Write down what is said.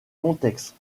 contextes